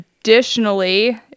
Additionally